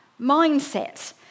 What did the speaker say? mindset